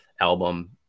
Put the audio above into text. album